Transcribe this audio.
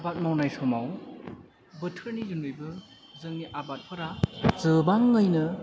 आबाद मावनाय समाव बोथोरनि जुनैबो जोंनि आबादफोरा गोबाङैनो